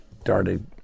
started